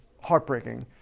heartbreaking